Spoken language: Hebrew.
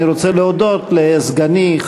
אני רוצה להודות לסגני,